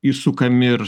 įsukami ir